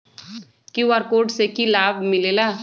QR code से कि कि लाव मिलेला?